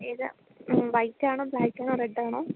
ഏതാണ് വൈറ്റാണോ ബ്ലാക്കാണോ റെഡ്ഡാണോ